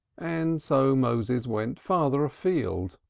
and so moses went farther afield,